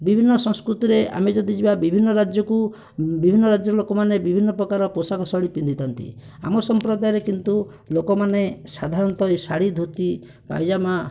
ବିଭିନ୍ନ ସଂସ୍କୃତିରେ ଆମେ ଯଦି ଯିବା ବିଭିନ୍ନ ରାଜ୍ୟକୁ ବିଭିନ୍ନ ରାଜ୍ୟର ଲୋକମାନେ ବିଭିନ୍ନ ପ୍ରକାର ପୋଷାକ ଶୈଳୀ ପିନ୍ଧିଥାନ୍ତି ଆମ ସଂମ୍ପ୍ରଦାୟରେ କିନ୍ତୁ ଲୋକମାନେ ସାଧାରଣତଃ ଶାଢ଼ୀ ଧୋତି ପାଇଜାମା